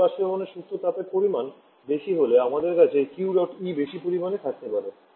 সুতরাং বাষ্পীকরণের সুপ্ত তাপের পরিমাণ বেশি হলে আমাদের কাছে কিউ ডট ই বেশি পরিমাণে থাকতে পারে